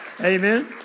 amen